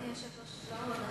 אדוני היושב-ראש, לא עוד הצעה,